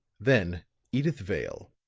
then edyth vale,